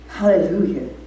Hallelujah